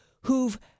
who've